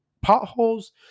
potholes